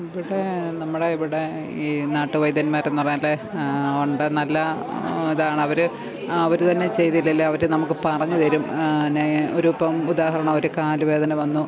ഇവിടെ നമ്മുടെ ഇവിടെ ഈ നാട്ടു വൈദ്യന്മാരെന്ന് പറഞ്ഞാല് ഉണ്ട് നല്ല ഇതാണ് അവര് അവര് തന്നെ ചെയ്തില്ലേലും അവര് നമുക്ക് പറഞ്ഞുതരും ഞാന് ഒരു ഇപ്പോള് ഉദാഹരണം ഒരു കാലുവേദന വന്നു